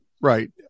right